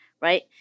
right